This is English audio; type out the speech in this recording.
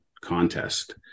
contest